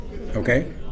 Okay